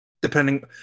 Depending